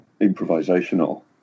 improvisational